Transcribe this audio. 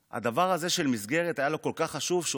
והדבר הזה של מסגרת היה לו כל כך חשוב שהוא